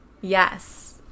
Yes